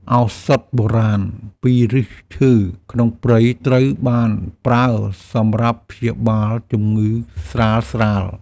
ឱសថបុរាណពីឫសឈើក្នុងព្រៃត្រូវបានប្រើសម្រាប់ព្យាបាលជំងឺស្រាលៗ។